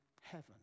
heaven